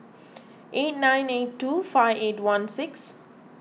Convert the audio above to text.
eight nine eight two five eight one six